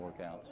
workouts